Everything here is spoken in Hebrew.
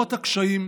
למרות הקשיים,